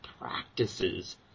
practices